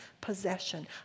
possession